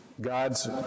God's